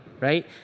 right